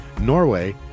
Norway